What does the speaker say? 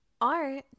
Art